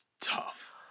Tough